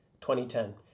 2010